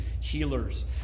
healers